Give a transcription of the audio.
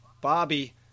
Bobby